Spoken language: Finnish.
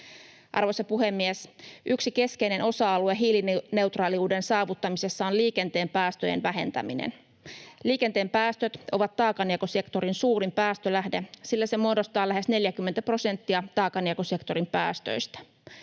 Arvoisa puhemies! Yksi keskeinen osa-alue hiilineutraaliuden saavuttamisessa on liikenteen päästöjen vähentäminen. Liikenteen päästöt ovat taakanjakosektorin suurin päästölähde, sillä se muodostaa lähes 40 prosenttia taakanjakosektorin päästöistä.